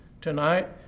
tonight